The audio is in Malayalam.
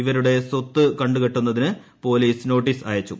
ഇവരുടെ സ്വത്ത് കണ്ടുകെട്ടുന്നതിന് പൊലീസ്ക്നോട്ടീസ് അയച്ചു